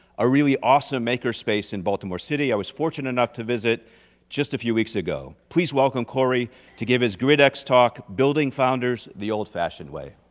a really awesome maker space in baltimore city i was fortunate enough to visit just a few weeks ago. please welcome corey to give his grit-x talk, building founders the old fashion way.